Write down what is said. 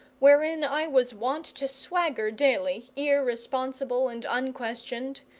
wherein i was wont to swagger daily, irresponsible and unquestioned,